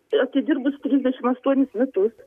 atidirbus trisdešimt aštuonis metus